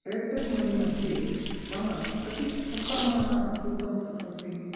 Airtel money मध्ये मम कति सप्रमाणाः कूपन्स् सन्ति